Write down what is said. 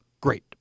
great